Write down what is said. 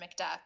McDuck